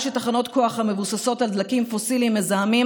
שתחנות כוח המבוססות על דלקים פוסיליים מזהמים,